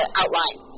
outline